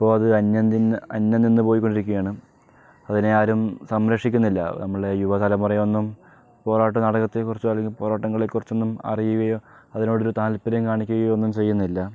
ഇപ്പോൾ അത് അന്യം നിന്ന് അന്യം നിന്ന് പോയിക്കൊണ്ടിരിക്കുകയാണ് അതിനെ ആരും സംരക്ഷിക്കുന്നില്ല നമ്മളുടെ യുവ തലമുറയൊ ന്നും പോറാട്ട് നാടകത്തെക്കുറിച്ചോ അല്ലങ്കിൽ പൊറാട്ടം കളിയെക്കുറിച്ചൊന്നും അറിയുകയോ അതിനോട് ഒരു താല്പര്യം കാണിക്കുകയോ ഒന്നും ചെയ്യുന്നില്ല